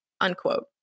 Unquote